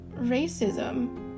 racism